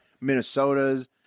Minnesota's